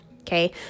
Okay